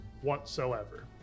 whatsoever